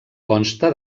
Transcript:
consta